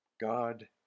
God